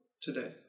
today